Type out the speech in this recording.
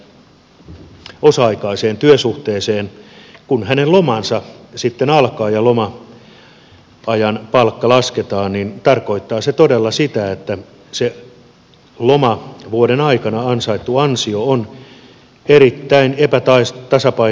päivä osa aikaiseen työsuhteeseen niin kun hänen lomansa sitten alkaa ja loma ajan palkka lasketaan tarkoittaa se todella sitä että se lomanmääräytymisvuoden aikana ansaittu ansio on erittäin epätaisa ta sa pai